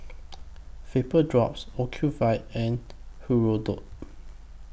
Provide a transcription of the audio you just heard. Vapodrops Ocuvite and Hirudoid